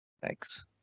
Thanks